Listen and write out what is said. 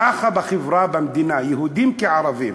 ככה בחברה במדינה, יהודים כערבים,